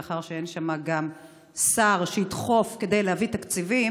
מאחר שגם אין שם שר שידחף כדי להביא תקציבים.